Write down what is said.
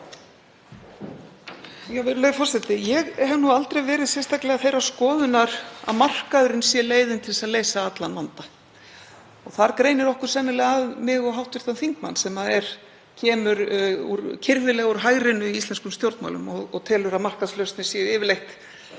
Ég hef aldrei verið sérstaklega þeirrar skoðunar að markaðurinn sé leiðin til að leysa allan vanda. Það greinir okkur sennilega að, mig og hv. þingmann, sem kemur kirfilega úr hægrinu í íslenskum stjórnmálum og telur að markaðslausnir séu yfirleitt